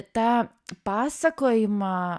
tą pasakojimą